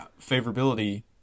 favorability